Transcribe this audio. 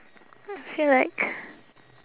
feel like